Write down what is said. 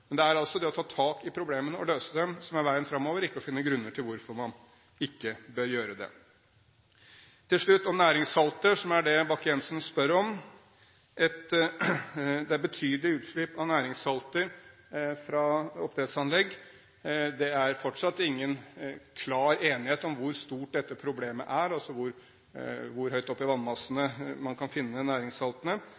framover – ikke å finne grunner til hvorfor man ikke bør gjøre det. Til slutt om næringssalter, som er det Bakke-Jensen spør om: Det er betydelige utslipp av næringssalter fra oppdrettsanlegg. Det er fortsatt ingen klar enighet om hvor stort dette problemet er, altså hvor høyt oppe i vannmassene